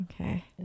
Okay